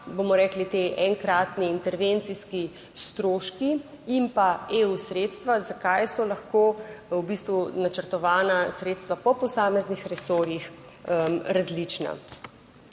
bomo rekli, ti enkratni intervencijski stroški in pa EU sredstva, zakaj so lahko v bistvu, načrtovana sredstva po posameznih resorjih različna.